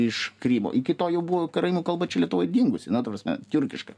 iš krymo iki to jau buvo karaimų kalba čia lietuvoj dingusi na ta prasme tiurkiška